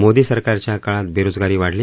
मोदी सरकारच्या काळात बेरोजगारी वाढली